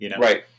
right